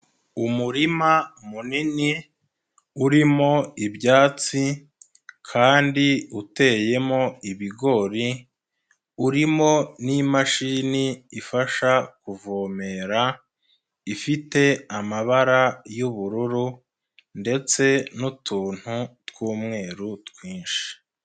Umurima munini urimo ibyatsi kandi uteyemo ibigori urimo n'imashini ifasha kuvomera, ifite amabara yubururu ndetse n'utuntu tw'umweru twinshi.